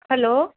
hello